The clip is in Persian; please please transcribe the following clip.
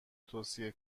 توصیه